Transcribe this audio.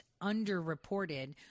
underreported